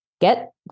get